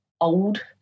old